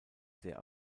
sehr